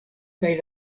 kaj